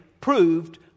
proved